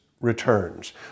returns